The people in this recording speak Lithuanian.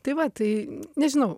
tai va tai nežinau